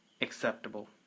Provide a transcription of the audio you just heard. acceptable